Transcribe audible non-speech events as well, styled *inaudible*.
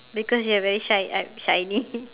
because you're very shi~ uh shiny *laughs*